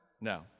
No